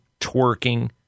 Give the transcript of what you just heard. twerking